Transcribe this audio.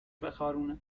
بخارونه